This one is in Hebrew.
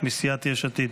מסיעת יש עתיד.